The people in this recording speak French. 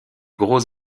gros